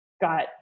Got